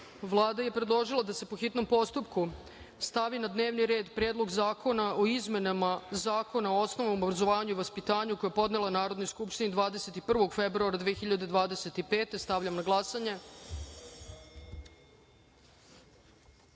je predložila da se, po hitnom postupku, stavi na dnevni red Predlog zakona o izmena Zakona o osnovnom obrazovanju i vaspitanju, koji je podnela Narodnoj skupštini 21. februara 2025. godine. Stavljam na